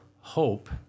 hope